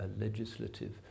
legislative